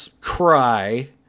cry